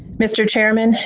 mr. chairman,